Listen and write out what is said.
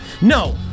no